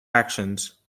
actions